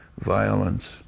violence